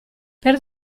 per